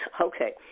Okay